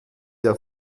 der